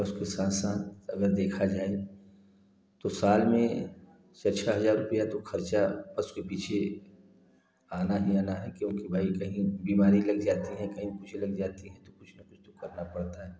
पशु के साथ साथ अगर देखा जाए तो साल में छः छः हज़ार रुपया तो खर्चा पशु के पीछे आना ही आना है क्योंकि भाई कहीं बीमारी लग जाती हैं कहीं कुछ लग जाती है तो कुछ न कुछ तो करना पड़ता है